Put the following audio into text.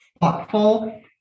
thoughtful